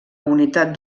unitat